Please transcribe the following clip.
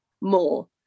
more